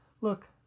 Look